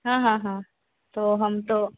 हाँ हाँ हाँ तो हम तो